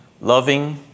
loving